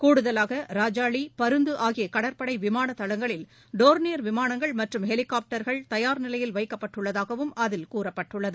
கூடுதலாக ராஜாளி பருந்து ஆகிய கடற்படை விமானத் தளங்களில் டோர்னியர் விமானங்கள் மற்றும் ஹெலிகாப்டர்கள் தயார்நிலையில் வைக்கப்பட்டுள்ளதாகவும் அதில் கூறப்பட்டுள்ளது